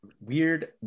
weird